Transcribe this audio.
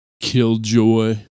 killjoy